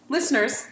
Listeners